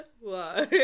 Whoa